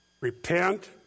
repent